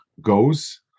goes